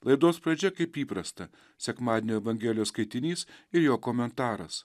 laidos pradžioje kaip įprasta sekmadienio evangelijos skaitinys ir jo komentaras